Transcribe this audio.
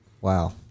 wow